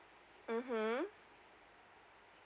(uh huh)